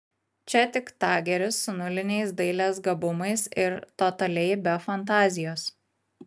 čia tik tageris su nuliniais dailės gabumais ir totaliai be fantazijos